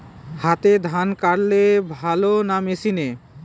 হাতে ধান কাটলে ভালো না মেশিনে?